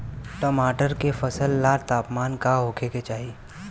टमाटर के फसल ला तापमान का होखे के चाही?